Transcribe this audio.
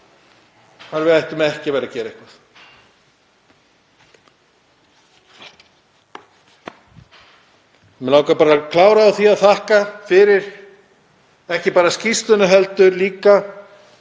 á hvar við ættum ekki að vera að gera eitthvað.